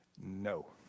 No